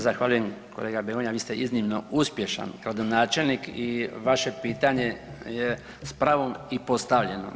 Zahvaljujem kolega Begonja, vi ste iznimno uspješan gradonačelnik i vaše pitanje je s pravom i postavljeno.